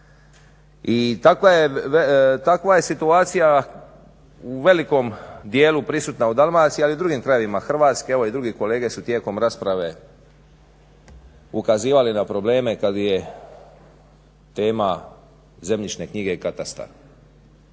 I takva je situacija u velikom dijelu prisutna u Dalmaciji ali i u drugim krajevima Hrvatske. Evo i drugi kolege su tijekom rasprave ukazivali na probleme kada je tema zemljišne knjige i katastar.